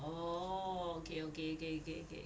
oh okay okay okay okay okay